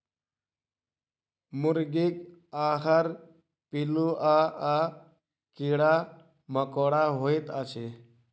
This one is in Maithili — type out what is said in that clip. मुर्गीक आहार पिलुआ आ कीड़ा मकोड़ा होइत अछि